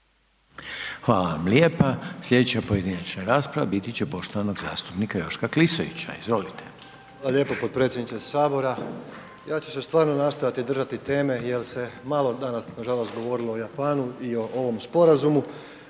Hvala vam lijepa. Sljedeća pojedinačna rasprava biti će poštovanog zastupnika Joška Klisovića. Izvolite. **Klisović, Joško (SDP)** Hvala lijepo potpredsjedniče Sabora. Ja ću se stvarno nastojati držati teme jer se malo danas nažalost govorilo o Japanu i o ovom sporazumu